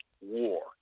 war